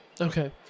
Okay